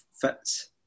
fits